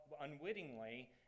unwittingly